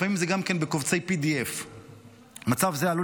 לפעמים זה גם כן בקובצי PDF. מצב זה עלול